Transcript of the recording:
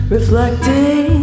Reflecting